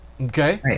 Okay